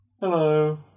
Hello